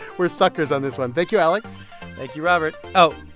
we're suckers on this one. thank you, alex thank you, robert. oh,